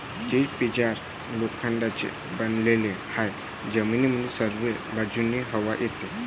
जीचा पिंजरा लोखंडाचा बनलेला आहे, ज्यामध्ये सर्व बाजूंनी हवा येते